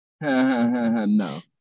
no